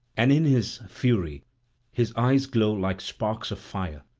and in his fury his eyes glow like sparks of fire,